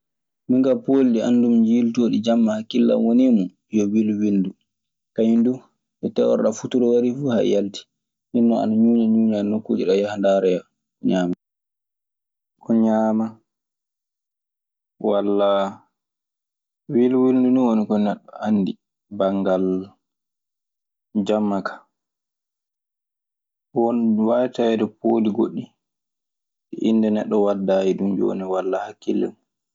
Minka pooli ɗi anndumi, jiilootooɗi jamma hakkilan woni e mun yo wilwilndu. Kañun ne tayorɗaa futuro arii fu yalti. Hinnoo ana nuuna nuuna nokkuje ɗee yaha ndaaroya ko ñaami. Ko ñaama walla… Wilwilndu nii woni ko neɗɗo anndi banngal jamma ka. Waawi taweede pooli goɗɗi ɗi innde neɗɗo waddaayi ɗun jooni walla hakkille mun.